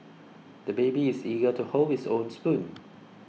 the baby is eager to hold his own spoon